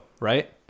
right